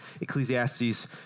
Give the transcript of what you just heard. Ecclesiastes